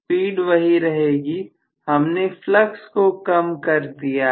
speed वही रहेगी हमने फ्लक्स को कम कर दिया है